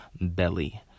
Belly